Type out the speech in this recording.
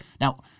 Now